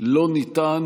לא ניתן